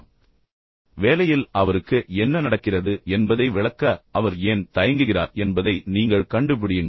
அவரால் ஏன் அதைச் செய்ய முடியவில்லை வேலையில் அவருக்கு என்ன நடக்கிறது என்பதை விளக்க அவர் ஏன் தயங்குகிறார் என்பதை நீங்கள் கண்டுபிடியுங்கள்